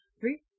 three